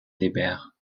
libère